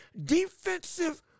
defensive